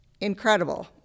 incredible